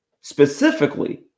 specifically